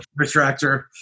retractor